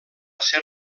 ser